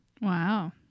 Wow